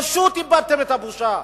פשוט איבדתם את הבושה.